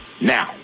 Now